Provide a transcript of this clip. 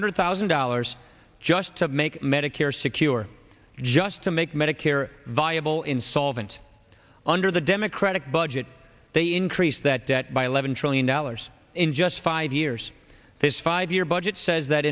hundred thousand dollars just to make medicare secure just to make medicare viable insolvent under the democratic budget they increase that debt by eleven trillion dollars in just five years this five year budget says that